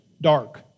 dark